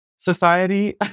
Society